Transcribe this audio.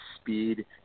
speed